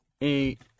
eight